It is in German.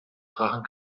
drachen